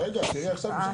לא יודע, תראי עכשיו.